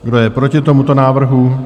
Kdo je proti tomuto návrhu?